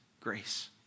grace